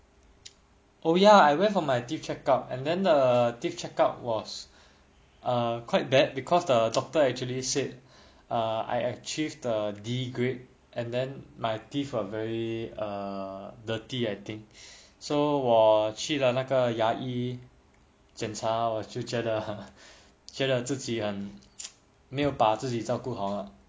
oh ya I went for my teeth check up and then the teeth check up was uh quite bad because the doctor actually said err I achieve the D grade and then my teeth are very err dirty I think so 我去的那个牙医检查我就觉得很觉得自己很没有把自己照顾好啊